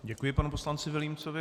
Děkuji panu poslanci Vilímcovi.